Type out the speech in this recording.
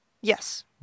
Yes